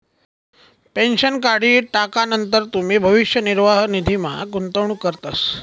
pension काढी टाकानंतर तुमी भविष्य निर्वाह निधीमा गुंतवणूक करतस